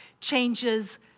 changes